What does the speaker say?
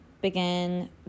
Begin